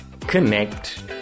connect